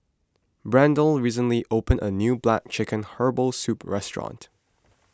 Brandyn recently opened a new Black Chicken Herbal Soup restaurant